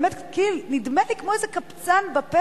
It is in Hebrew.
באמת נדמה לי כמו איזה קבצן בפתח,